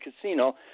Casino